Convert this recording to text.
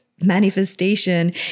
manifestation